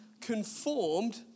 conformed